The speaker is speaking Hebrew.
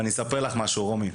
ואני אספר לך משהו, רומי.